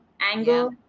angle